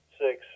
six